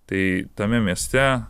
tai tame mieste